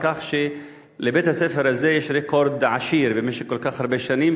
על כך שלבית-הספר הזה יש רקורד עשיר במשך כל כך הרבה שנים.